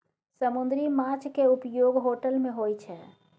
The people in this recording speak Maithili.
समुन्दरी माछ केँ उपयोग होटल मे होइ छै